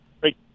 Great